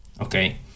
Okay